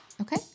Okay